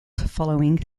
following